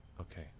Okay